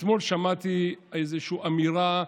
אתמול שמעתי איזושהי אמירה,